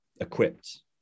equipped